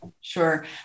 Sure